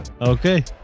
Okay